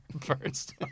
first